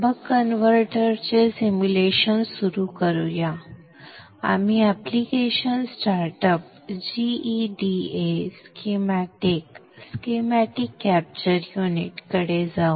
बक कन्व्हर्टरचे सिम्युलेशन सुरू करू या आपण applications start up gEDA schematic संदर्भ वेळ 0029 स्कीमॅटिक कॅप्चर युनिट कडे जाऊ